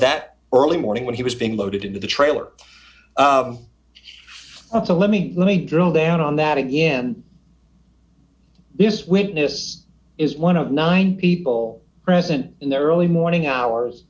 that early morning when he was being loaded into the trailer to let me drill down on that again this witness is one of nine people present in the early morning hours